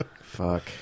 Fuck